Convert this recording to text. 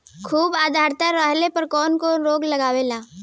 खुब आद्रता रहले पर कौन कौन रोग लागेला?